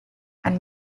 and